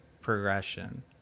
progression